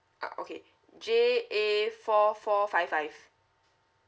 ah okay J A four four five five